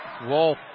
Wolf